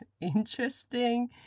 interesting